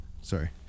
sorry